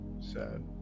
Sad